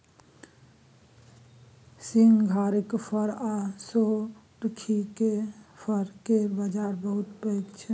सिंघारिक फर आ सोरखी केर फर केर बजार बहुत पैघ छै